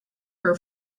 her